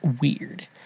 weird